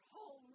home